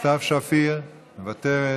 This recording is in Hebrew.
סתיו שפיר, מוותרת,